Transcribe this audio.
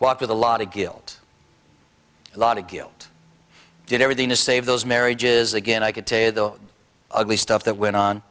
walk with a lot of guilt a lot of guilt did everything to save those marriages again i could tell you the ugly stuff that went on